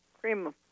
cream